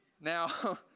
Now